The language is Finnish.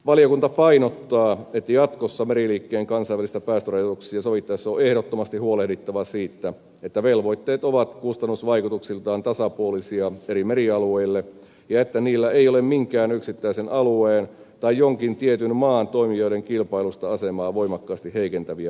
valiokunta painottaa että jatkossa meriliikenteen kansainvälisistä päästörajoituksista sovittaessa on ehdottomasti huolehdittava siitä että velvoitteet ovat kustannusvaikutuksiltaan tasapuolisia eri merialueille ja että niillä ei ole minkään yksittäisen alueen tai jonkin tietyn maan toimijoiden kilpailullista asemaa voimakkaasti heikentäviä vaikutuksia